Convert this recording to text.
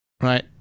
right